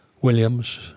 Williams